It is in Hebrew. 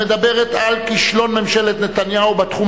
המדברת על "כישלון ממשלת נתניהו בתחום